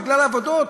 בגלל עבודות.